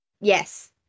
Yes